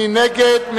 מי נגד?